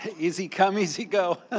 easy come, easy go.